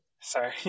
sorry